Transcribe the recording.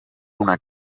una